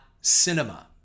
cinema